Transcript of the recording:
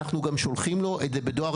פניתי לאוצר,